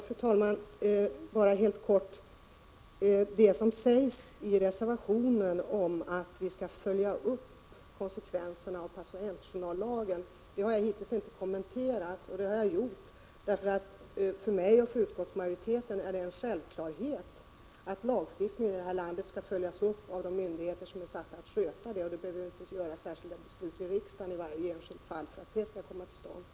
Fru talman! Bara helt kort: Det som sägs i reservationen om att vi skall följa upp konsekvenserna av patientjournallagen har jag hittills inte kommenterat. Det beror på att det för mig och utskottsmajoriteten är en självklarhet att lagstiftningen i det här landet skall följas upp av de myndigheter som är satta att sköta det. Då behöver vi naturligtvis inte i varje enskilt fall fatta särskilda beslut i riksdagen för att en uppföljning skall komma till stånd.